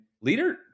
leader